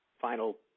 Final